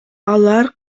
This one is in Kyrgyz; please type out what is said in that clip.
алар